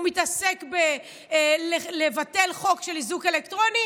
הוא מתעסק בלבטל חוק של איזוק אלקטרוני.